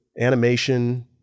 animation